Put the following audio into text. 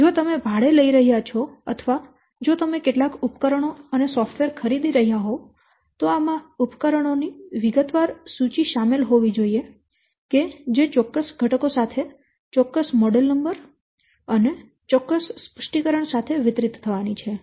તેથી જો તમે ભાડે લઈ રહ્યાં છો અથવા જો તમે કેટલાક ઉપકરણો અને સોફ્ટવેર ખરીદી રહ્યા હોવ તો આમાં ઉપકરણો ની વિગતવાર સૂચિ શામેલ હોવી જોઈએ કે જે ચોક્કસ ઘટકો સાથે ચોક્કસ મોડેલ નંબર અને ચોક્કસ સ્પષ્ટીકરણ સાથે વિતરિત થવાની છે